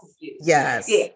Yes